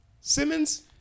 Simmons